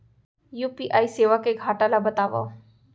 UPI सेवा के घाटा ल बतावव?